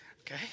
okay